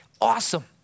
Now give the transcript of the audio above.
Awesome